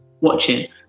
watching